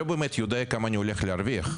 לא באמת יודע כמה אני הולך להרוויח,